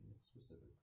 specific